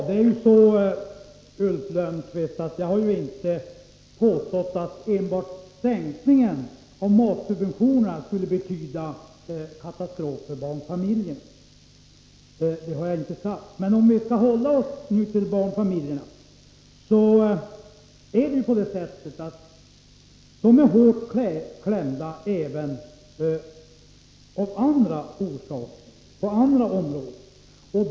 Fru talman! Jag har inte påstått, Ulf Lönnqvist, att enbart sänkningen av matsubventionerna skulle betyda katastrof för barnfamiljerna. Men om vi nu skall hålla oss till barnfamiljerna vill jag säga att de är hårt klämda även på andra områden.